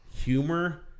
humor